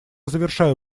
завершаю